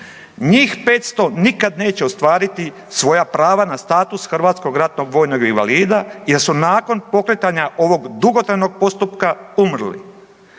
Njih 500 nikad neće ostvariti svoja prava na status hrvatskog ratnog vojnog invalida jer su nakon pokretanja ovog dugotrajnog postupka umrli.